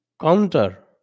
counter